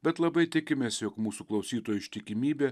bet labai tikimės jog mūsų klausytojų ištikimybė